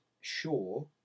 sure